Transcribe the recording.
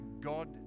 God